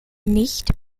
nicht